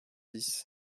dix